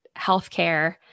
healthcare